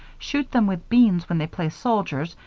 shoot them with beans when they play soldiers,